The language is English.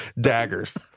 Daggers